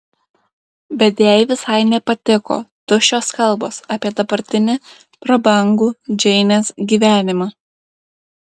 bet jai visai nepatiko tuščios kalbos apie dabartinį prabangų džeinės gyvenimą